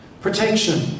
protection